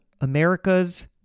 America's